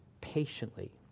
patiently